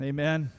Amen